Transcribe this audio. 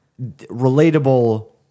relatable